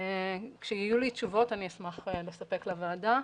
כשיהיו לי תשובות אני אשמח לספק לוועדה.